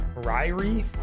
Ryrie